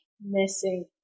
missing